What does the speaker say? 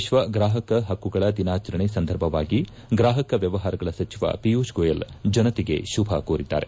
ವಿಶ್ವ ಗ್ರಾಹಕ ಹಕ್ಕುಗಳ ದಿನಾಚರಣೆ ಸಂದರ್ಭವಾಗಿ ಗ್ರಾಹಕ ವ್ಲವಹಾರಗಳ ಸಚಿವ ಪಿಯೂಷ್ ಗೋಯಲ್ ಜನತೆಗೆ ಶುಭ ಕೋರಿದ್ಲಾರೆ